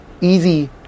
easy